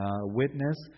witness